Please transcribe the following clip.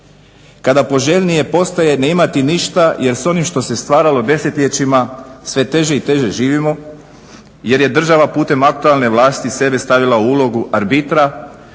kada poželjnije postaje ne imati ništa jer s onim što se stvaralo desetljećima sve teže i teže živimo jer je država putem aktualne vlasti sebe stavila u ulogu arbitra